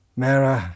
mera